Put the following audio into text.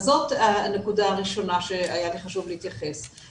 זאת הנקודה הראשונה שהיה לי חשוב להתייחס אליה.